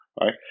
right